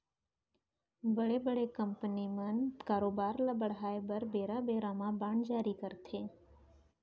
बड़े बड़े कंपनी मन कारोबार ल बढ़ाय बर बेरा बेरा म बांड जारी करथे